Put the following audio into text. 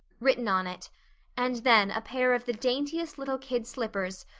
written on it and then, a pair of the daintiest little kid slippers,